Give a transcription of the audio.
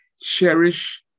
Cherish